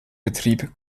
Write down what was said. betrieb